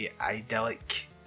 idyllic